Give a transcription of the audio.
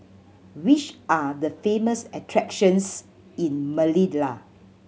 which are the famous attractions in Manila